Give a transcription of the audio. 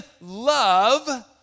love